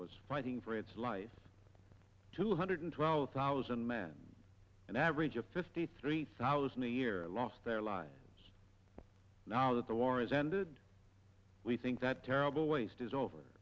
was fighting for its life two hundred twelve thousand men an average of fifty three thousand a year lost their lives now that the war has ended we think that terrible waste is over